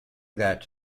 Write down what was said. that